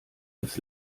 das